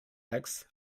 eggs